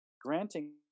granting